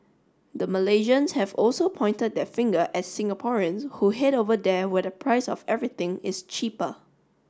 the Malaysians have also pointed their finger at Singaporeans who head over there where the price of everything is cheaper